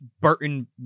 Burton